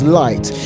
light